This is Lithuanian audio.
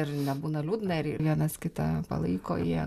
ir nebūna liūdna ir vienas kitą palaiko jie